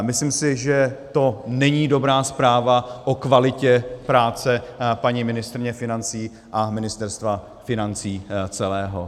Myslím si, že to není dobrá zpráva o kvalitě práce paní ministryně financí a Ministerstva financí celého.